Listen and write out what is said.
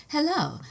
Hello